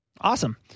Awesome